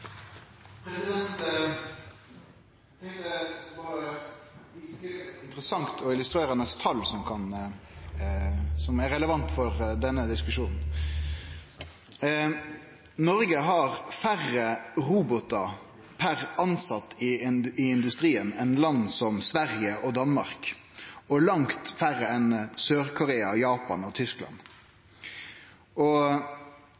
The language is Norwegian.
interessant og illustrerande tal som er relevant for denne diskusjonen: Noreg har færre robotar per tilsett i industrien enn land som Sverige og Danmark, og langt færre enn Sør-Korea, Japan og